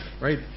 right